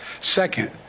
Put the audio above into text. second